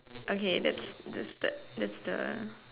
okay that's that's the that's the